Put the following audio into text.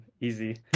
Easy